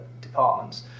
departments